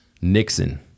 Nixon